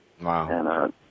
Wow